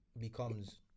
becomes